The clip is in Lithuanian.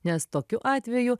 nes tokiu atveju